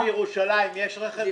לקרונות בירושלים יש רכש גומלין?